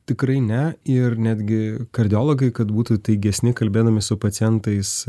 tikrai ne ir netgi kardiologai kad būtų įtaigesni kalbėdami su pacientais